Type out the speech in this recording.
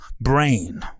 brain